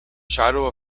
shadow